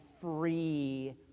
free